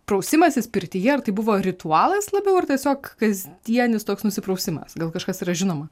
prausimasis pirtyje ar tai buvo ritualas labiau ar tiesiog kasdienis toks nusiprausimas gal kažkas yra žinoma